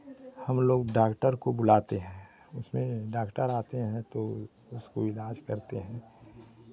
हमलोग डॉक्टर को बुलाते हैं उसमें डॉक्टर आते हैं तो उसको इलाज़ करते हैं